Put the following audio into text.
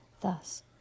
Thus